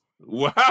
Wow